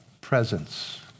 presence